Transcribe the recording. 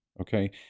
okay